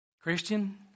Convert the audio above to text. Christian